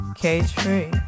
cage-free